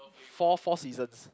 four four Seasons